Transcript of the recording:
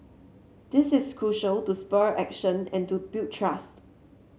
this is crucial to spur action and to build trust